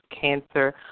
Cancer